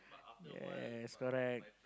yes correct